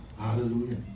Hallelujah